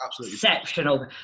exceptional